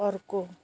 अर्को